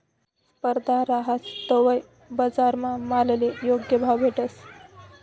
स्पर्धा रहास तवय बजारमा मालले योग्य भाव भेटस